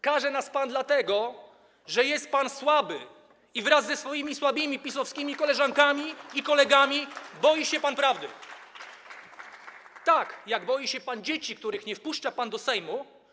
Karze nas pan, dlatego że jest pan słaby i wraz ze swoimi słabymi PiS-owskimi koleżankami i kolegami boi się pan prawdy, tak jak boi się pan dzieci, których nie wpuszcza pan do Sejmu.